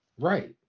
Right